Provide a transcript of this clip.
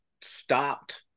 stopped